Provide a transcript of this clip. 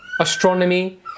astronomy